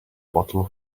bottle